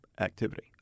activity